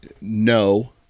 no